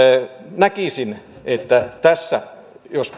näkisin että tässä jos